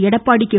Edappadi K